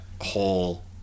whole